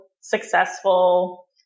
successful